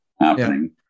happening